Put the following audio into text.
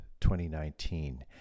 2019